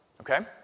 Okay